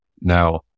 Now